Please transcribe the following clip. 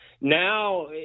Now